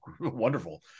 wonderful